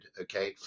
Okay